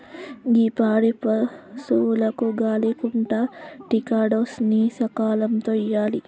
గీ పాడి పసువులకు గాలి కొంటా టికాడోస్ ని సకాలంలో ఇయ్యాలి